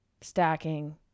stacking